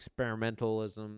experimentalism